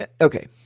okay